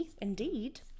Indeed